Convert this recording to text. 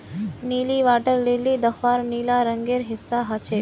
नीली water lily दख्वार नीला रंगेर हिस्सा ह छेक